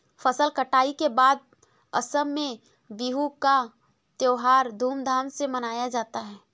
फसल कटाई के बाद असम में बिहू का त्योहार धूमधाम से मनाया जाता है